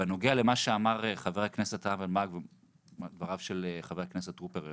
בנוגע לדבריו של חבר הכנסת טרופר,